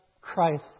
Christ